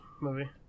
movie